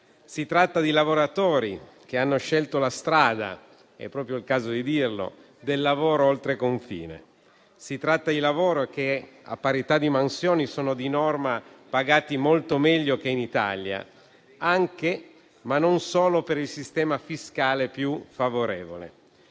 Si tratta di lavoratori che hanno scelto la strada - è proprio il caso di dirlo - del lavoro oltre confine. Si tratta di lavori che, a parità di mansioni, sono di norma pagati molto meglio che in Italia, anche e non solo per il sistema fiscale più favorevole.